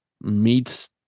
meets